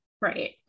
Right